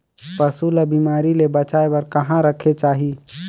पशु ला बिमारी ले बचाय बार कहा रखे चाही?